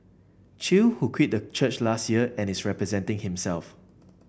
Chew who quit the church last year and is representing himself